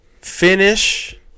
finish